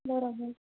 बरोबर